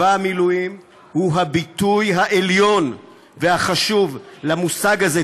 צבא המילואים הוא הביטוי העליון והחשוב של המושג הזה,